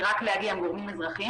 היא רק להגיע עם גורמים אזרחיים,